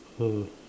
ah